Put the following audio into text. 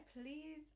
please